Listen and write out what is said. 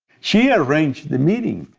she arranged the meeting,